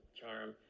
charm